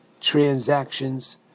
transactions